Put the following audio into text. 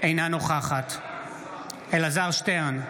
אינה נוכחת אלעזר שטרן,